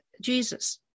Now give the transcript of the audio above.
Jesus